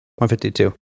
152